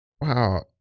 Wow